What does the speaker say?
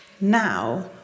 Now